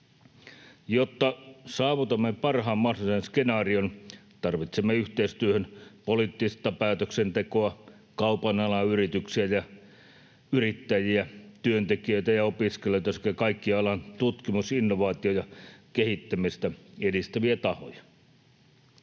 Jotta saavutamme parhaan mahdollisen skenaarion, tarvitsemme yhteistyöhön poliittista päätöksentekoa, kaupan alan yrityksiä ja yrittäjiä, työntekijöitä ja opiskelijoita sekä kaikkia alan tutkimusta, innovaatioita ja kehittämistä edistäviä tahoja.